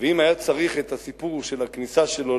אם היה צריך את הסיפור של הכניסה שלו